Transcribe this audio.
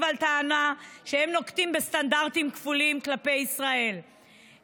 על הטענה שהם נוקטים סטנדרטים כפולים כלפי ישראל,